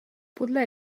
podle